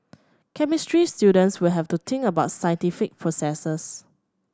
chemistry students will have to think about scientific processes